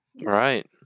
Right